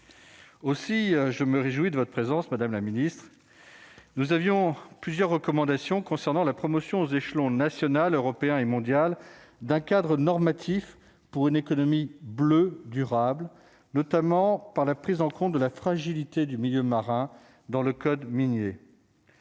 aussi, je me réjouis de votre présence, Madame la Ministre, nous avions plusieurs recommandations concernant la promotion aux échelons national, européen et mondial. D'un cadre normatif pour une économie bleue durable, notamment par la prise en compte de la fragilité du milieu marin dans le code minier.